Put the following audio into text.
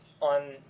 on